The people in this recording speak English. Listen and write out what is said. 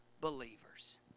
believers